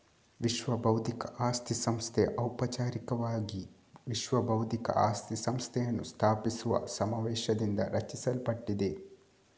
ವಿಶ್ವಬೌದ್ಧಿಕ ಆಸ್ತಿ ಸಂಸ್ಥೆ ಔಪಚಾರಿಕವಾಗಿ ವಿಶ್ವ ಬೌದ್ಧಿಕ ಆಸ್ತಿ ಸಂಸ್ಥೆಯನ್ನು ಸ್ಥಾಪಿಸುವ ಸಮಾವೇಶದಿಂದ ರಚಿಸಲ್ಪಟ್ಟಿದೆ